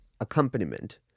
accompaniment